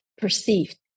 perceived